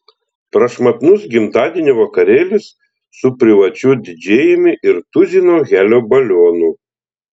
prašmatnus gimtadienio vakarėlis su privačiu didžėjumi ir tuzinu helio balionų